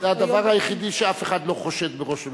זה הדבר היחידי שאף אחד לא חושד בראש הממשלה.